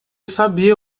sabia